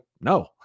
no